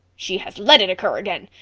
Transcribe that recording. she has let it occur again.